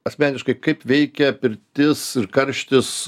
asmeniškai kaip veikia pirtis ir karštis